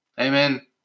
Amen